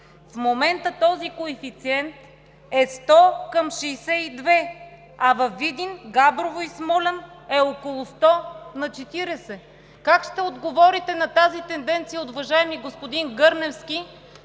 В момента този коефициент е 100 към 62, а във Видин, Габрово и Смолян е около 100 към 40. Как ще отговорите на тази тенденция, уважаеми господин Гърневски?!